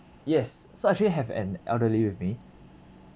yes so I actually have an elderly with me